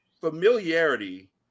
familiarity